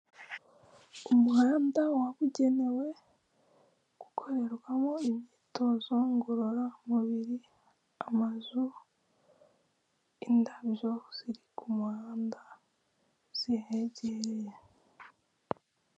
Umuhanda wabugenewe, gukorerwamo imyitozo ngorora mubiri, amazu, indabyo ziri ku muhanda zihegereye.